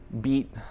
beat